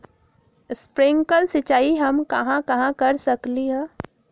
Sprinkle सिंचाई हम कहाँ कहाँ कर सकली ह?